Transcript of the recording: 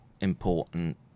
important